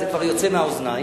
זה כבר יוצא מהאוזניים,